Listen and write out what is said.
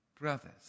brothers